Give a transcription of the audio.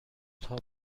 تاپ